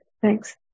thanks